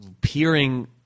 peering